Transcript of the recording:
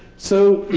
so